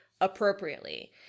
appropriately